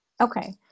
okay